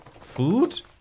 Food